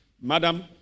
madam